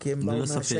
כי הם באו מהשטח.